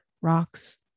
rocks